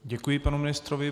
Děkuji panu ministrovi.